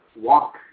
Walk